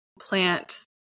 plant